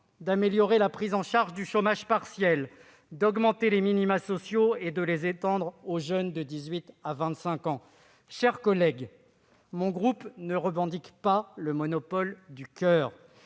d'améliorer la prise en charge du chômage partiel, d'augmenter les minima sociaux et de les étendre aux jeunes de 18 à 25 ans. Mes chers collègues, mon groupe ne revendique pas le monopole du coeur,